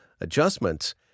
adjustments